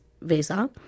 visa